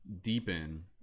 deepen